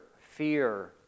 fear